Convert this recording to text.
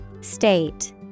State